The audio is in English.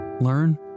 learn